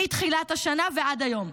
מתחילת השנה ועד היום,